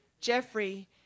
Jeffrey